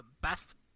best